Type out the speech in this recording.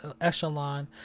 echelon